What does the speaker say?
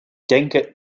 denke